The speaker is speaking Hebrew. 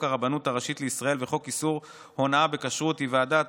הרבנות הראשית לישראל וחוק איסור הונאה בכשרות היא ועדת